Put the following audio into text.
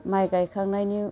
माइ गाइखांनायनि